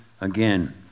again